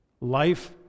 Life